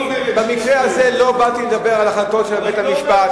במקרה הזה לא באתי לדבר על החלטות של בית-המשפט.